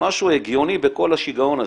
משהו הגיוני בכל השיגעון הזה.